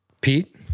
Pete